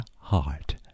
heart